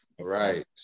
Right